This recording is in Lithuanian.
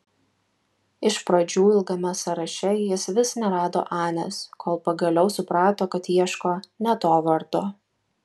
iš pradžių ilgame sąraše jis vis nerado anės kol pagaliau suprato kad ieško ne to vardo